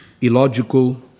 illogical